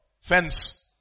fence